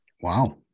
Wow